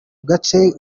gace